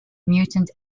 mutant